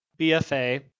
BFA